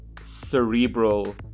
cerebral